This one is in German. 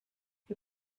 wir